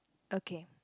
okay